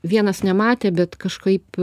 vienas nematė bet kažkaip